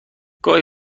گاهی